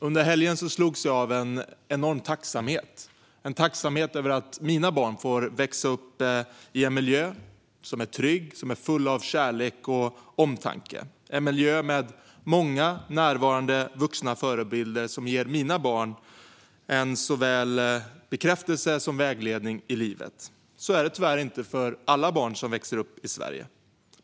Under helgen slogs jag av en enorm tacksamhet över att mina barn får växa upp i en miljö som är trygg och full av kärlek och omtanke, en miljö med många närvarande vuxna förebilder som ger mina barn såväl bekräftelse som vägledning i livet. Så är det tyvärr inte för alla barn som växer upp i Sverige.